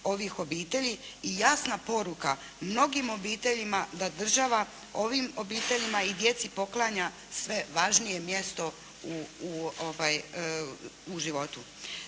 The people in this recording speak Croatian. ovih obitelji i jasna poruka mnogim obiteljima da država ovim obiteljima i djeci poklanja sve važnije mjesto u životu.